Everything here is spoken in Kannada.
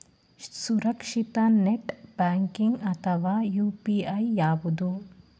ಸುರಕ್ಷಿತ ನೆಟ್ ಬ್ಯಾಂಕಿಂಗ್ ಅಥವಾ ಯು.ಪಿ.ಐ ಯಾವುದು?